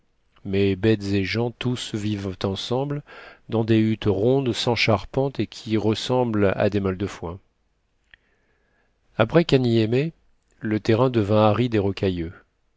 mais bêtes et gens tous vivent ensemble dans des huttes rondes sans charpente et qui ressemblent à des meules de foin après kanyemé le terrain devint aride et rocailleux